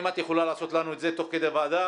אם את יכולה לעשות לנו את זה תוך כדי הוועדה,